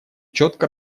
четко